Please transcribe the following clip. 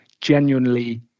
genuinely